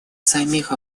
самих